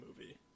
movie